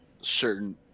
certain